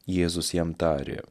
jėzus jam tarė